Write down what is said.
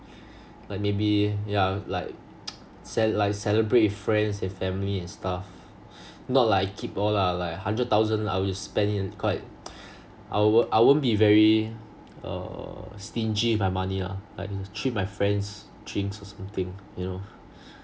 like maybe yeah like ce~ like celebrate with friends and family and stuff not like I keep all lah like hundred thousand I will just spend it quite I won't I won't be very uh stingy with my money lah like treat my friends drinks or something you know